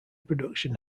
production